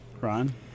Ron